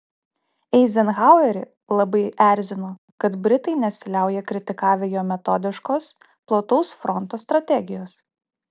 eizenhauerį labai erzino kad britai nesiliauja kritikavę jo metodiškos plataus fronto strategijos